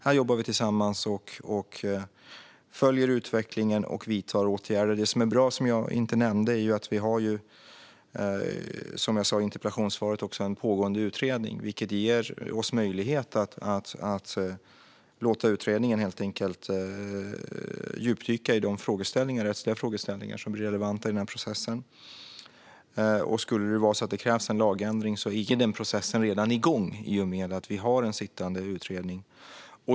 Här jobbar vi tillsammans, följer utvecklingen och vidtar åtgärder. Det som är bra, som jag också sa i interpellationssvaret, är att vi har en pågående utredning. Det ger oss möjlighet att låta utredningen djupdyka i de rättsliga frågeställningar som är relevanta i processen. Skulle det vara på det sättet att det krävs en lagändring är den processen redan igång i och med att vi har en sittande utredning.